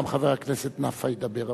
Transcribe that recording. גם חבר הכנסת נפאע ידבר.